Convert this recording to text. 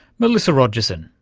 melissa rogerson,